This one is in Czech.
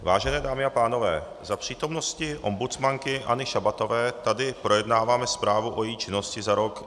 Vážené dámy a pánové, za přítomnosti ombudsmanky Anny Šabatové tady projednáváme zprávu o její činnosti za rok 2017.